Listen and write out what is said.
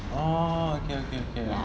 ya